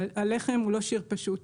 הלחם הוא לא שיר פשוט,